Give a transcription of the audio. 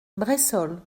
bressols